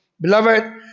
Beloved